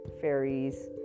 fairies